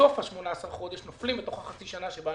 שסוף התקופה של ה-18 חודשים נופלת בתוך החצי שנה,